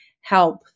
help